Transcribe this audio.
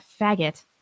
faggot